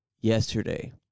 yesterday